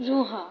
ରୁହ